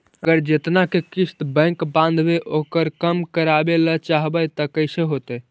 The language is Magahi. अगर जेतना के किस्त बैक बाँधबे ओकर कम करावे ल चाहबै तब कैसे होतै?